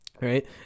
right